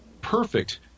perfect